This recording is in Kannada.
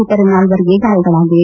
ಇತರೆ ನಾಲ್ವರಿಗೆ ಗಾಯಗಳಾಗಿವೆ